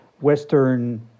Western